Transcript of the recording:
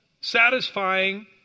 satisfying